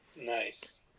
Nice